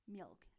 milk